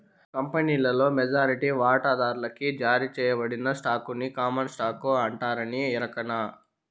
కంపినీలోని మెజారిటీ వాటాదార్లకి జారీ సేయబడిన స్టాకుని కామన్ స్టాకు అంటారని ఎరకనా